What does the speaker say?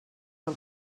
del